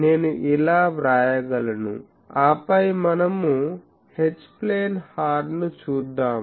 నేను ఇలా వ్రాయగలను ఆపై మనము H ప్లేన్ హార్న్ ను చూద్దాం